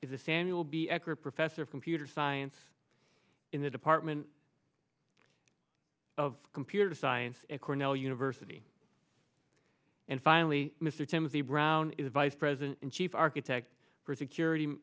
you will be accurate professor of computer science in the department of computer science at cornell university and finally mr timothy brown is vice president and chief architect for security